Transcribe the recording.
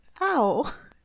ow